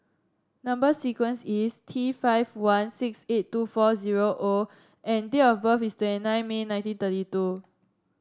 number sequence is T five one six eight two four zero O and date of birth is twenty nine May nineteen thirty two